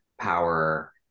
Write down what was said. power